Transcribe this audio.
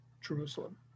jerusalem